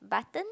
button